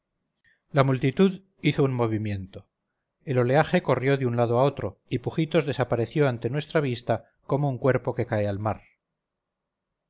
la multitud hizo un movimiento el oleaje corrió de un lado a otro y pujitos desapareció ante nuestra vista como un cuerpo que cae al mar